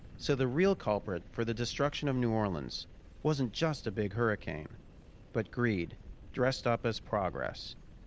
so the real culprit for the destruction of new orleans wasn't just a big hurricane but greed dressed up as progress.